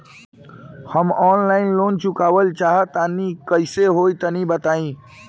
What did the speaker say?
हम online loan चुकावल चाहऽ तनि कइसे होई तनि बताई?